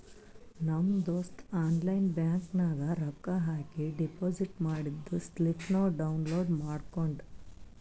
ನಮ್ ದೋಸ್ತ online bank ನಾಗ್ ರೊಕ್ಕಾ ಹಾಕಿ ಡೆಪೋಸಿಟ್ ಮಾಡಿದ್ದು ಸ್ಲಿಪ್ನೂ ಡೌನ್ಲೋಡ್ ಮಾಡ್ಕೊಂಡ್